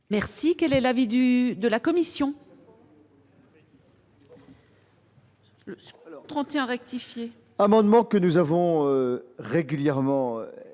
Merci, quel est l'avis du de la Commission.